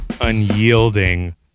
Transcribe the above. unyielding